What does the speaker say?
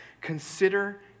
Consider